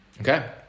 okay